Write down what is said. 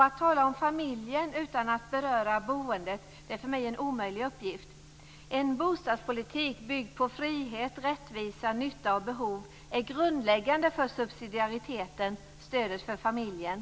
Att tala om familjen utan att beröra boendet är för mig en omöjlig uppgift. En bostadspolitik byggd på frihet, rättvisa, nytta och behov är grundläggande för subsidiariteten - stödet för familjen.